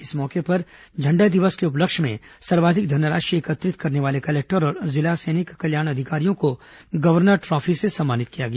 इस मौके पर झंडा दिवस के उपलक्ष्य में सर्वाधिक धनराशि एकत्रित करने वाले कलेक्टर और जिला सैनिक कल्याण अधिकारियों को गवर्नर ट्रॉफी से सम्मानित किया गया